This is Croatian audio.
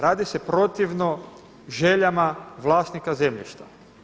Radi se protivno željama vlasnika zemljišta.